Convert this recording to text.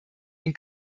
den